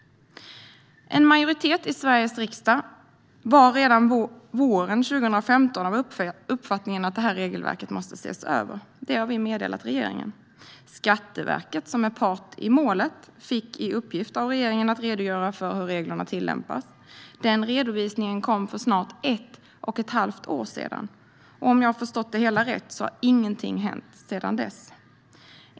En majoritet i Sveriges riksdag var redan våren 2015 av uppfattningen att regelverket måste ses över, och det meddelade vi regeringen. Skatteverket, som är part i målet, fick i uppgift av regeringen att redogöra för hur reglerna tillämpas. Den redovisningen kom för snart ett och ett halvt år sedan. Om jag har förstått det hela rätt har ingenting hänt sedan dess.